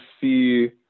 see